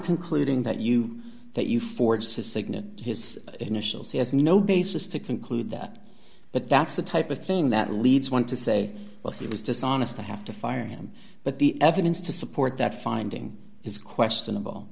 concluding that you that you forged to signal his initials he has no basis to conclude that but that's the type of thing that leads one to say well he was dishonest to have to fire him but the evidence to support that finding is questionable